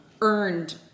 earned